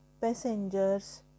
passengers